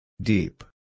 Deep